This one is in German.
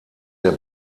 der